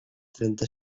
trenta